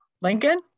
lincoln